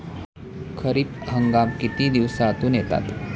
खरीप हंगाम किती दिवसातून येतात?